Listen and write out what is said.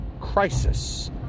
crisis